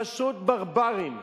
פשוט ברברים.